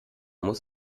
muss